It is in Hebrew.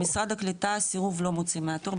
במשרד הקליטה סירוב לא מוציא מהתור,